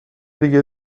دیگه